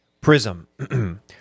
Prism